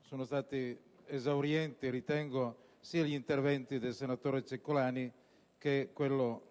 sono stati esaurienti sia l'intervento del senatore Cicolani che quello